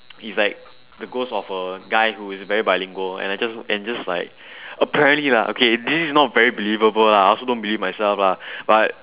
is like the ghost of a guy who is very bilingual and I just and I just like apparently lah okay this not very believable lah I also don't believe myself lah but